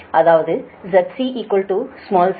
அதாவது ZC small z